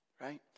Right